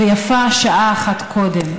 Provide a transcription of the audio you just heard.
ויפה שעה אחת קודם.